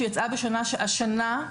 שיצאה השנה,